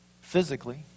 physically